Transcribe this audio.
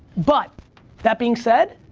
but that being said,